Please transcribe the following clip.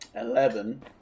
Eleven